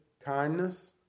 kindness